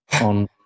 on